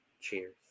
cheers